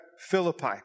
Philippi